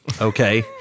Okay